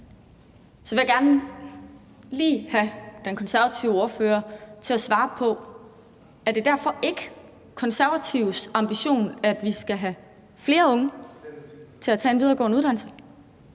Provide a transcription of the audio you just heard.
Så vil jeg gerne lige have den konservative ordfører til at svare på: Er det derfor ikke Konservatives ambition, at vi skal have flere unge til at tage en videregående uddannelse?